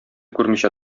күрмичә